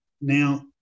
now